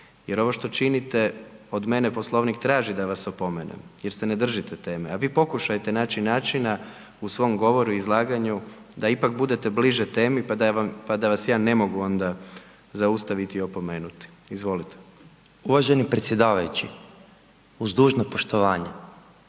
jer ovo što činite od mene, Poslovnik traži da vas opomenem jer se ne držite teme, a vi pokušajte naći načina u svom govoru i izlaganju da ipak budete bliže temi pa da vas ja ne mogu onda zaustaviti ili opomenuti, izvolite. **Pernar, Ivan (Živi zid)** Uvaženi predsjedavajući. Uz dužno poštovanje,